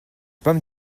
pommes